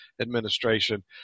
administration